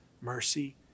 mercy